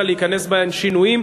יוכלו להיכנס בהן שינויים,